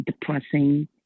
depressing